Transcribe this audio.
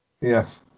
yes